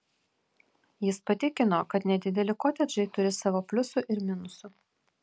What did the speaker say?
jis patikino kad nedideli kotedžai turi savo pliusų ir minusų